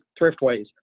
thriftways